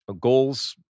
Goals